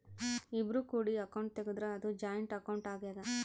ಇಬ್ರು ಕೂಡಿ ಅಕೌಂಟ್ ತೆಗುದ್ರ ಅದು ಜಾಯಿಂಟ್ ಅಕೌಂಟ್ ಆಗ್ಯಾದ